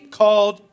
called